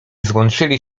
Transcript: złączyli